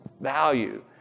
value